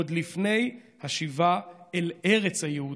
עוד לפני השיבה אל ארץ היהודים".